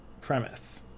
premise